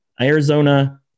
Arizona